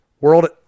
World